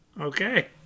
Okay